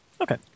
Okay